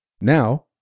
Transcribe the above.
Now